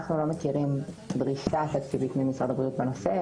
אנחנו לא מכירים ברשתה תקציבית ממשרד הבריאות בנושא.